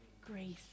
Grace